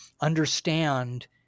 understand